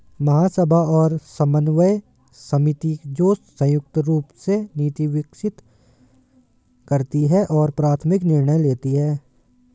महासभा और समन्वय समिति, जो संयुक्त रूप से नीति विकसित करती है और प्राथमिक निर्णय लेती है